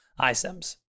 iSIMS